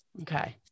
Okay